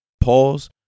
pause